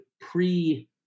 pre-